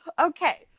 Okay